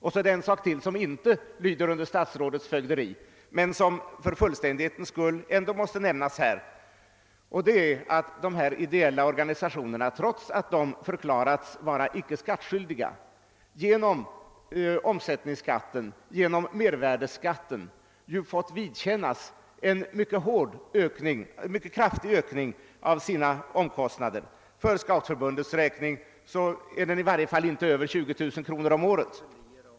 Och så är det en sak till, som inte lyder under statsrådets fögderi men som för fullständighetens skull ändå måste nämnas här, nämligen att dessa ideella organisationer, trots att de förklarats vara icke skattskyldiga, genom omsättningsskatten, genom mervärdeskatten fått vidkännas en mycket kraftig ökning av sina omkostnader. För Scoutförbundets räkning torde ökningen uppgå till 20 000 kr. om året.